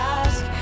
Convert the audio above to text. ask